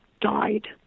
died